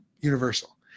universal